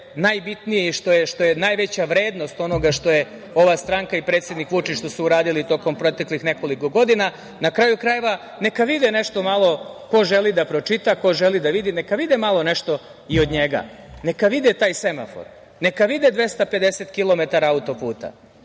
najbitnije, što je najveća vrednost onoga što je ova stranka i predsednik Vučić što su uradili tokom proteklih nekoliko godina. Na kraju krajeva, neka vide nešto malo, ko želi da pročita, ko želi da vidi, neka vide malo nešto i od njega, neka vide taj semafor, neka vide 250 km autoputa,